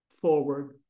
forward